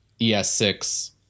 ES6